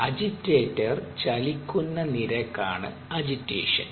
agitator ചലിക്കുന്ന നിരക്കാണ് agitation